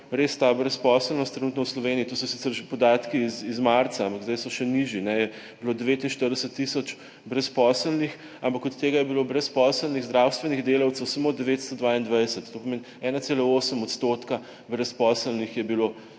res ta brezposelnost trenutno v Sloveniji, to so sicer podatki iz marca, ampak zdaj so še nižji, je bilo 49 tisoč brezposelnih, ampak od tega je bilo brezposelnih zdravstvenih delavcev samo 922, to pomeni 1,8 % brezposelnih je bilo